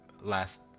Last